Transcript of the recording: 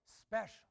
special